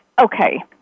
Okay